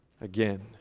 again